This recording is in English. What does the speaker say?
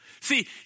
See